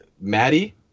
Maddie